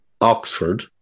Oxford